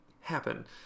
happen